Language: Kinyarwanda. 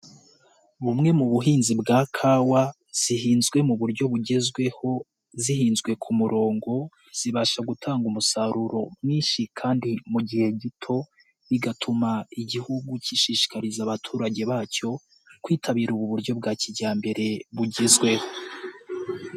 Bumwe mu buhinzi bwa kawa zihinzwe mu buryo bugezweho zihinzwe ku murongo, zibasha gutanga umusaruro mwinshi kandi mu gihe gito, bigatuma igihugu gishishikariza abaturage bacyo, kwitabira ubu buryo bwa kijyambere bugezweho.